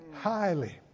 highly